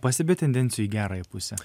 pastebi tendencijų į gerąją pusę